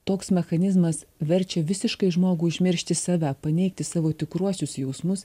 toks mechanizmas verčia visiškai žmogų užmiršti save paneigti savo tikruosius jausmus